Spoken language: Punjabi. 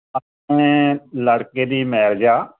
ਆਪਣੇ ਲੜਕੇ ਦੀ ਮੈਰਿਜ ਆ